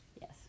Yes